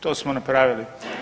To smo napravili.